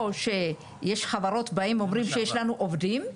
או שיש חברות שאומרות - יש לנו עובדים,